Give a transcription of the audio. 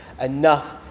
enough